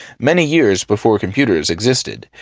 many years before computers existed,